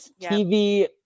TV